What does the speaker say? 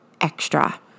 extra